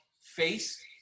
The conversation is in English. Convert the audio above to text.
face